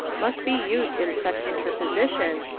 must be used in such interposition,